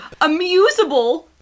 Amusable